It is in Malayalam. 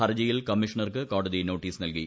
ഹർജിയിൽ കമ്മീഷണർക്ക് കോടതി നോട്ടീസ് നൽകി